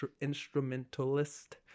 instrumentalist